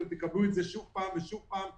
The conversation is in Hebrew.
תקבלו את זה שוב פעם ושוב פעם בפנים.